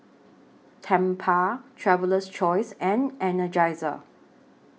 Tempur Traveler's Choice and Energizer